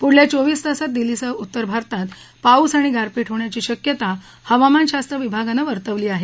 पुढल्या चोवीस तासात दिल्लीसह उत्तर भारतात पाऊस आणि गारपीट होण्याची शक्यता हवामानशास्त्र विभागानं वर्तवली आहे